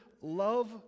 love